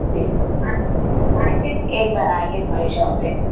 جی آپ آئیے ایک بار آئیے ہماری شاپ پہ